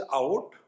out